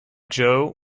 joe